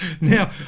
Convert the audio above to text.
Now